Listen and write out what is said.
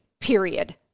period